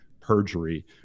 perjury